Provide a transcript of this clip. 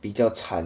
比较惨 and like